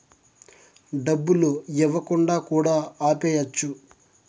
డబ్బులు ఇవ్వకుండా కూడా ఆపేయచ్చు